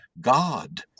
God